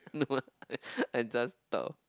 no ah I just thought